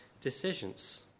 decisions